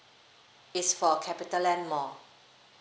it's for capitaland mall